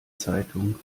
zeitung